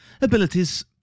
abilities